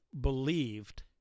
believed